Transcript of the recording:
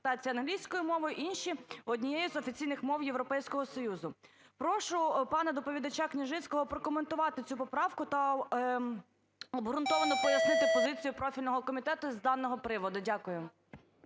Прошу пана доповідачаКняжицького прокоментувати цю поправку та обґрунтовано пояснити позицію профільного комітету з даного приводу. Дякую.